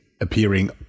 appearing